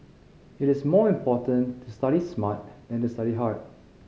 it is more important to study smart than to study hard